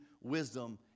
wisdom